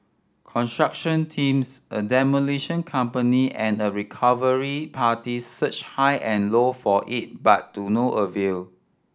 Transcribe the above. construction teams a demolition company and a recovery parties searched high and low for it but do no avail